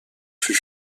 fut